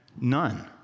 None